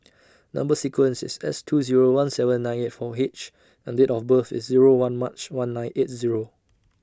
Number sequence IS S two Zero one seven nine eight four H and Date of birth IS Zero one March one nine eight Zero